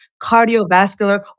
cardiovascular